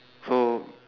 so